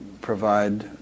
provide